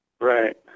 Right